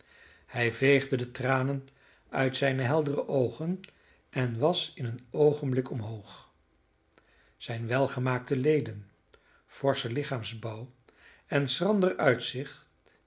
hij veegde de tranen uit zijne heldere oogen en was in een oogenblik omhoog zijn welgemaakte leden forsche lichaamsbouw en schrander uitzicht